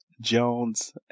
jones